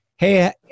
hey